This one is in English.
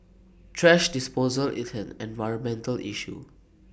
thrash disposal is an environmental issue